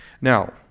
Now